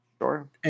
Sure